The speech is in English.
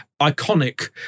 iconic